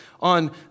on